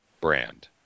brand